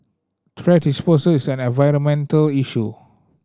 thrash disposal is an environmental issue